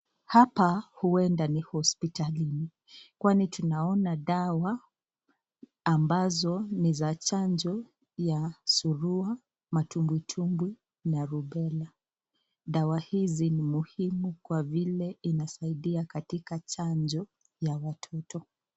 Hapa ueda ni hospitalini kwani tunaona dawa ambazo ni za chanjo ya surua, matumbwitumbwi na rubela. Dawa hizi ni muhimu kwa vile inasaidia katika chanjo ya watoto.